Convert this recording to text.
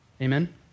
Amen